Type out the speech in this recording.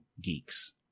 geeks